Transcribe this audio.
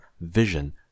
vision